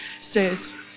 says